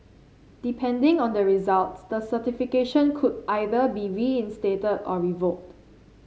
depending on the results the certification could either be reinstated or revoked